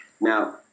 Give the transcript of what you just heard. Now